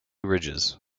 ridges